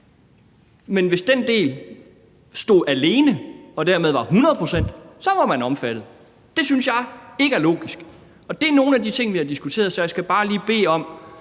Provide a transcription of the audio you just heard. men hvis den del stod alene og det dermed var 100 pct., så var man omfattet. Det synes jeg ikke er logisk, og det er nogle af de ting, vi har diskuteret. Så jeg skal bare lige bede om,